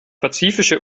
pazifische